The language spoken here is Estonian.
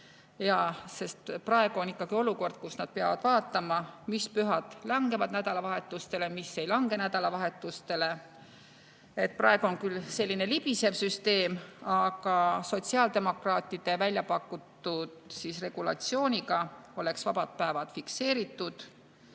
päevi. Praegu on olukord, kus nad peavad vaatama, mis pühad langevad nädalavahetustele, mis ei lange nädalavahetustele. Praegu on küll selline libisev süsteem, aga sotsiaaldemokraatide välja pakutud regulatsiooniga oleks vabad päevad fikseeritud